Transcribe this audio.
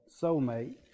soulmate